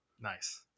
Nice